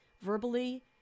verbally